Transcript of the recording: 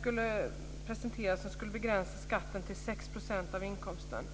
skulle presenteras, vilken skulle begränsa skatten till 6 % av inkomsten.